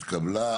הצעת החוק התקבלה.